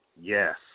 Yes